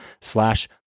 slash